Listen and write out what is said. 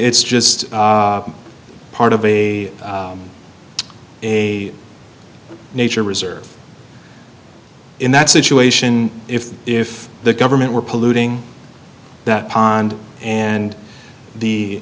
it's just part of a a nature reserve in that situation if if the government were polluting that pond and the